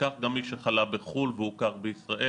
וכך גם מי שחלה בחו"ל והוכר בישראל,